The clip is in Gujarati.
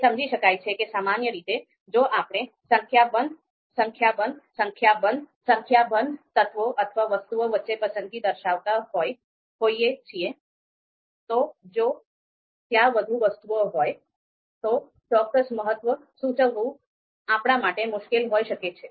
તે સમજી શકાય છે કે સામાન્ય રીતે જો આપણે સંખ્યાબંધ તત્વો અથવા વસ્તુઓ વચ્ચે પસંદગી દર્શાવતા હોઈએ છીએ તો જો ત્યાં વધુ વસ્તુઓ હોય તો ચોક્કસ મહત્વ સૂચવવું આપણા માટે મુશ્કેલ હોઈ શકે છે